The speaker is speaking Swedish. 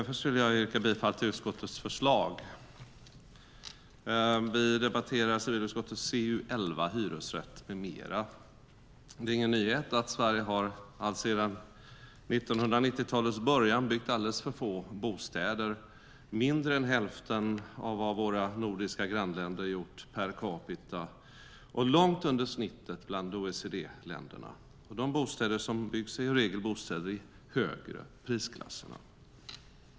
Herr talman! Först skulle jag vilja yrka bifall till utskottets förslag. Det är ingen nyhet att Sverige alltsedan 1990-talets början har byggt alldeles för få bostäder, mindre än hälften av vad våra nordiska grannländer har gjort per capita och långt under snittet bland OECD-länderna. De bostäder som byggs är i regel bostäder i högre prisklasser.